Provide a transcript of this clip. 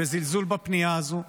וזלזול בפנייה הזאת,